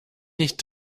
nicht